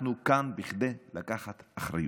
אנחנו כאן כדי לקחת אחריות.